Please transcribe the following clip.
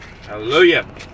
hallelujah